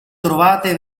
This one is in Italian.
trovate